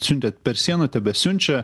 siuntė per sieną tebesiunčia